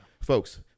Folks